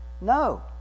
No